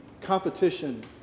competition